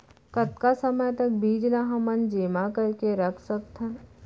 कतका समय तक बीज ला हमन जेमा करके रख सकथन?